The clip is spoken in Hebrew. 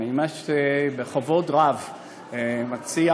ואני ממש בכבוד רב מציע